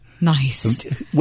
Nice